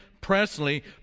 Presley